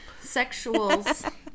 sexuals